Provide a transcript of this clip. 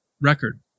record